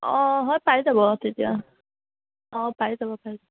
অঁ হয় পাই যাব তেতিয়া অঁ পাই যাব পাই যাব